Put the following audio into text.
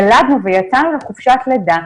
ילדנו ויצאנו לחופשת לידה,